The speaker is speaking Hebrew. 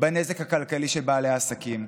בנזק הכלכלי לבעלי העסקים.